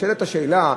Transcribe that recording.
נשאלת השאלה,